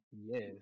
Yes